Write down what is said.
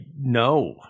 no